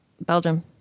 Belgium